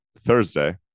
Thursday